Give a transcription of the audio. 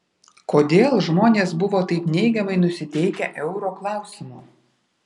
kodėl žmonės buvo taip neigiamai nusiteikę euro klausimu